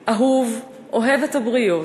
אהוב, אוהב את הבריות,